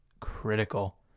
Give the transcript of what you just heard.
critical